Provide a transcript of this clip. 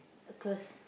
a close